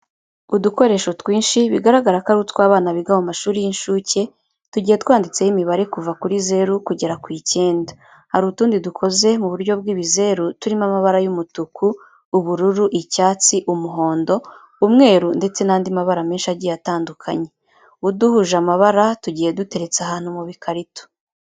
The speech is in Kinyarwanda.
Udukoresho twinshi bigaragara ko ari utw'abana biga mu mashuri y'inshuke, tugiye twanditseho imibare kuva kuri zeru kugera ku icyenda. Hari utundi dukoze mu buryo bw'ibizeru turimo amabara y'umutuku, ubururu, icyatsi, umuhondo, umweru ndetse n'andi mabara menshi agiye atandukanye. Uduhuje amabara tugiye duteretse ahantu mu bikarito.